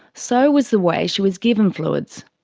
so was the way she was given fluids.